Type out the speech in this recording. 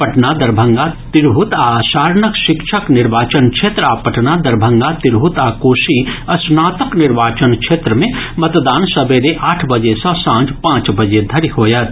पटना दरभंगा तिरहुत आ सारणक शिक्षक निर्वाचन क्षेत्र आ पटना दरभंगा तिरहुत आ कोसी स्नातक निर्वाचन क्षेत्र मे मतदान सबेरे आठ बजे सँ सांझ पांच बजे धरि होयत